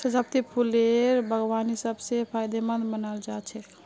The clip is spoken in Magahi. सजावटी फूलेर बागवानी सब स फायदेमंद मानाल जा छेक